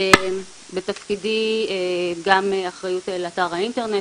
בתפקידי גם אחריות על אתר האינטרנט,